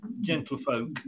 gentlefolk